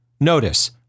Notice